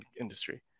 industry